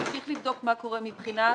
נמשיך לבדוק מה קורה מבחינת